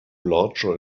larger